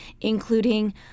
including